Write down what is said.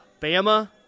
Bama